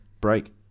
Break